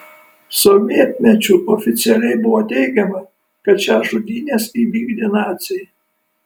sovietmečiu oficialiai buvo teigiama kad šias žudynes įvykdė naciai